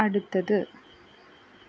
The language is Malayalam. അടുത്തത്